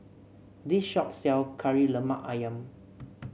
this shop sell Kari Lemak ayam